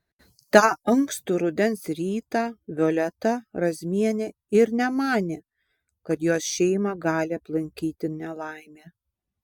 tą ankstų rudens rytą violeta razmienė ir nemanė kad jos šeimą gali aplankyti nelaimė